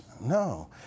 No